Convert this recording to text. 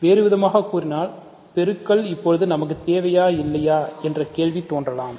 வேறுவிதமாகக் கூறினால் பெருக்கல் இப்பொழுது நமக்கு தேவையா இல்லையா என்ற கேள்வி தோன்றலாம்